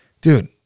dude